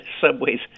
subways